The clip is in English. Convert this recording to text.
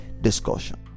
discussion